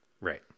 right